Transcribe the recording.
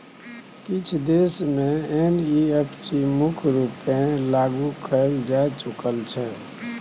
किछ देश मे एन.इ.एफ.टी मुख्य रुपेँ लागु कएल जा चुकल छै